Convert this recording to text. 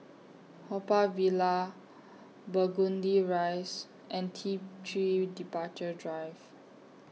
Haw Par Villa Burgundy Rise and T three Departure Drive